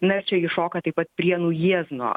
na ir čia įšoka taip pat prienų jiezno